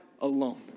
alone